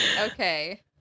okay